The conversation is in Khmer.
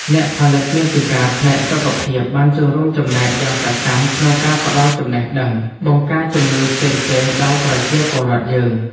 អ្នកផលិតមាតិកាផ្នែកសុខភាពបានចូលរួមចំណែកយ៉ាងសកម្មក្នុងការផ្ដល់ចំណេះដឹងបង្ការជំងឺផ្សេងៗដល់ប្រជាពលរដ្ឋយើង។